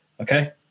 Okay